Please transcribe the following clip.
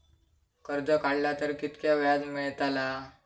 कर्ज काडला तर कीतक्या व्याज मेळतला?